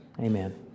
amen